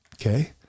Okay